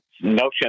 notion